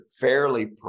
fairly